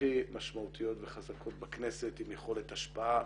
הכי משמעותיות וחזקות בכנסת עם יכולת השפעה